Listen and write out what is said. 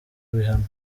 ibihano